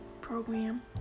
program